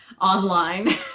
online